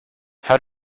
how